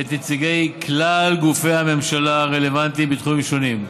את נציגי כלל גופי הממשלה הרלוונטיים בתחומים שונים,